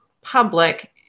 public